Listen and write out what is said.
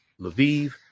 Lviv